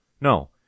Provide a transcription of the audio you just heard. no